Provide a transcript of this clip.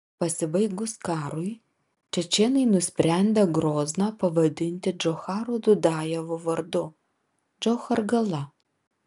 pasibaigus karui čečėnai nusprendę grozną pavadinti džocharo dudajevo vardu džochargala